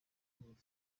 bose